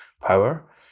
power